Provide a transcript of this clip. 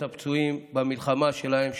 את הפצועים במלחמה שלהם,